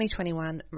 2021